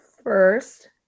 First